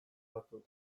kargatuz